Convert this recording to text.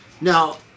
Now